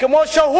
כמו שהוא